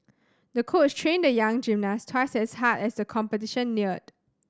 the coach trained the young gymnast twice as hard as the competition neared